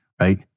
right